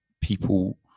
people